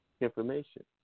information